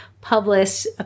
publish